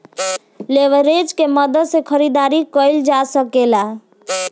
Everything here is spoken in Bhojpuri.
लेवरेज के मदद से खरीदारी कईल जा सकेला